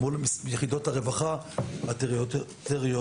מול יחידות הרווחה הטריטוריאליות.